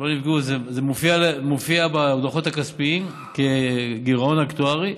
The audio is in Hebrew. זה מופיע בדוחות הכספיים כגירעון אקטוארי.